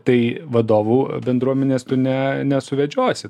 tai vadovų bendruomenės tu ne nesuvedžiosi